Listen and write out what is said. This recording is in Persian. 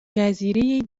جزیره